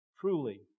Truly